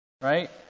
right